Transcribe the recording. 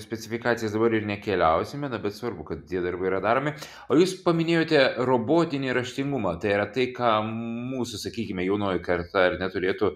specifikacijas dabar ir nekeliausime na bet svarbu kad tie darbai yra daromi o jūs paminėjote robotinį raštingumą tai yra tai ką mūsų sakykime jaunoji karta ar ne turėtų